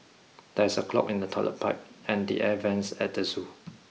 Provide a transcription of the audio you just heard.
there is a clog in the toilet pipe and the air vents at the zoo